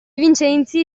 vincenzi